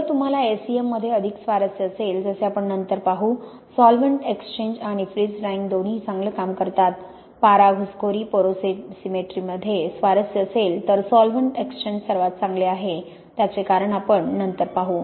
जर तुम्हाला SEM मध्ये अधिक स्वारस्य असेल जसे आपण नंतर पाहू सॉल्व्हेंट एक्सचेंज आणि फ्रीझ ड्रायिंग दोन्ही चांगले काम करतात पारा घुसखोरी पोरोसिमेट्रीमध्ये स्वारस्य असेल तर सॉल्व्हेंट एक्सचेंज सर्वात चांगले आहे त्याचे कारण आपण नंतर पाहू